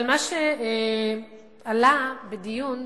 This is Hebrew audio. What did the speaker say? אבל מה שעלה בדיון,